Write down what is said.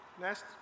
Next